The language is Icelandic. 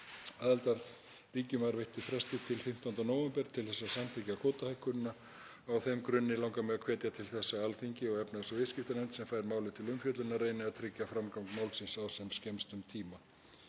Aðildarríkjum var veittur frestur til 15. nóvember til að samþykkja kvótahækkunina. Á þeim grunni langar mig að hvetja til þess að Alþingi og efnahags- og viðskiptanefnd, sem fær málið til umfjöllunar, reyni að tryggja framgang málsins á sem skemmstum tíma.